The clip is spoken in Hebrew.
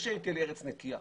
אני רוצה שתהיה לי ארץ נקייה.